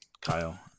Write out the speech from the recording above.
Kyle